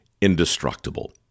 indestructible